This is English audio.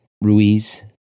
Ruiz